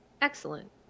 excellent